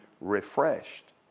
refreshed